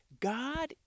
God